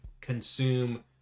consume